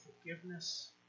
forgiveness